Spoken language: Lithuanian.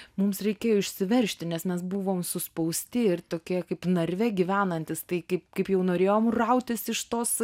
mums reikėjo išsiveržti nes mes buvom suspausti ir tokie kaip narve gyvenantys tai kaip kaip jau norėjom rautis iš tos